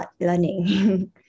learning